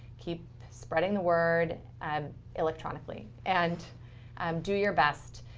keep spreading the word um electronically, and um do your best.